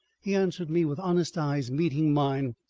he answered me with honest eyes meeting mine,